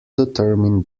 determine